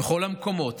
בכל המקומות